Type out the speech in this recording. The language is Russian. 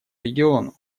региону